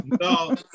No